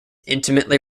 intimately